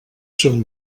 són